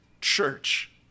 church